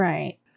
Right